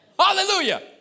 Hallelujah